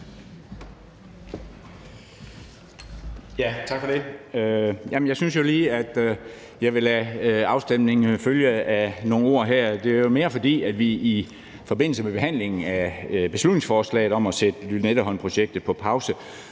Tak for det. Jeg synes lige, at jeg ville lade afstemningen følge efter nogle ord. Det er mest, fordi vi i forbindelse med behandlingen af beslutningsforslaget om at sætte Lynetteholmprojektet på pause